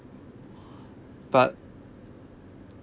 but